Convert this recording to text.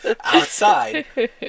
outside